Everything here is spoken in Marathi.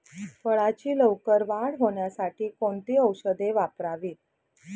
फळाची लवकर वाढ होण्यासाठी कोणती औषधे वापरावीत?